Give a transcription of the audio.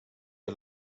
you